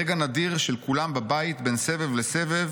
רגע נדיר של כולם בבית, בין סבב לסבב,